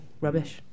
rubbish